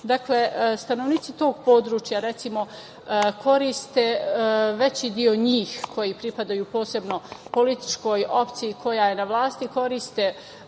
Dakle, stanovnici tog područja, recimo, koriste veći deo njih koji pripadaju, posebno političkoj opciji koja je na vlasti, koriste